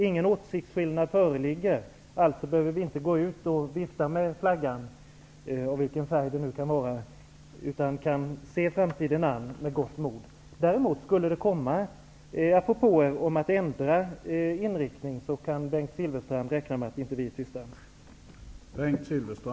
Ingen åsiktsskillnad föreligger, alltså behöver vi inte gå ut och vifta med flaggan -- av vilken färg den nu kan vara -- utan kan se framtiden an med gott mod. Om det däremot skulle komma propåer om att ändra inriktning kan Bengt Silfverstrand räkna med att vi inte är tysta.